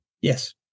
Yes